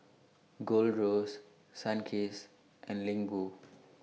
Gold Roast Sunkist and Ling Wu